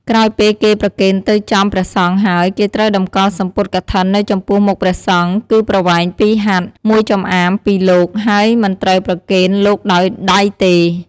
ក្រោយពេលគេប្រគេនទៅចំព្រះសង្ឃហើយគេត្រូវតម្កល់សំពត់កឋិននៅចំពោះមុខព្រះសង្ឃគឺប្រវែង២ហត្ថ ១ចំអាមពីលោក ហើយមិនត្រូវប្រគេនលោកដោយដៃទេ។